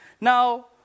Now